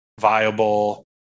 viable